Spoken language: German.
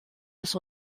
das